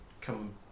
come